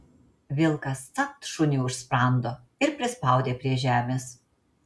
vilkas capt šuniui už sprando ir prispaudė prie žemės